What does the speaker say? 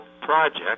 project